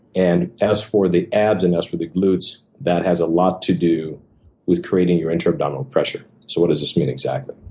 and as for the abs, and as for the gluts, that has a lot to do with creating your inter-abdominal pressure. so what does this mean, exactly?